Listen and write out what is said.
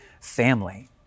family